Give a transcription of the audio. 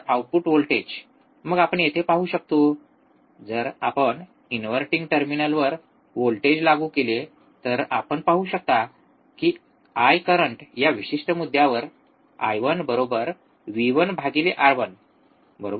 output voltage मग आपण येथे पाहू शकतो जर आपण इनव्हर्टिंग टर्मिनलवर व्होल्टेज लागू केले तर आपण पाहू शकता की आय करंट या विशिष्ट मुद्यावर I1 V1R1 बरोबर